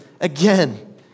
again